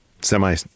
semi